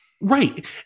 Right